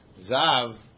Zav